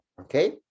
Okay